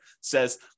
says